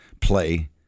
play